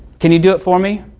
can you do it for me?